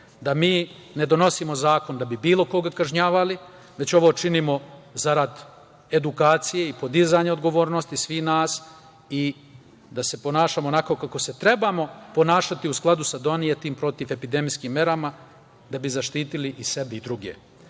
da mi ne donosimo zakon da bi bilo koga kažnjavali, već ovo činimo zarad edukacije i podizanja odgovornosti svih nas, da se ponašamo onako kako se trebamo ponašati, u skladu sa donetim protivpandemijskim merama, da bi zaštitili i sebe i druge. Kazne